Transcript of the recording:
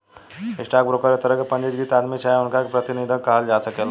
stock broker एक तरह के पंजीकृत आदमी चाहे उनका के प्रतिनिधि कहल जा सकेला